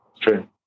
True